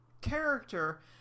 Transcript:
character